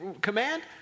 command